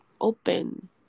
open